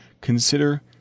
consider